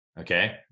Okay